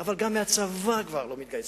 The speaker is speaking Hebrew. אבל גם לצבא כבר לא מתגייסים.